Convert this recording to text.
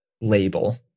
label